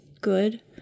good